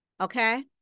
Okay